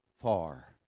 far